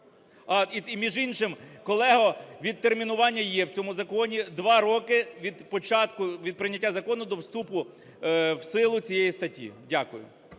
І між іншим, колего, відтермінування є в цьому законі: 2 роки від прийняття закону до вступу в силу цієї статті. Дякую.